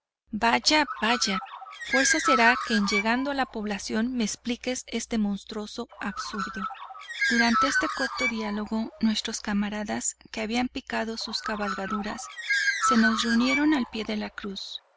vaya vaya fuerza será que en llegando a la población me expliques este monstruoso absurdo durante este corto diálogo nuestros camaradas que habían montado sus cabalgaduras se nos reunieron al pie de la cruz